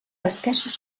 escassos